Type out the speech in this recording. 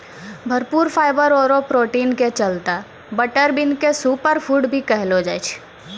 भरपूर फाइवर आरो प्रोटीन के चलतॅ बटर बीन क सूपर फूड भी कहलो जाय छै